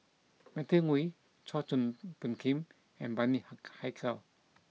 Matthew Ngui Chua Phung Kim and Bani Hak Haykal